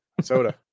Soda